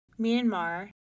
Myanmar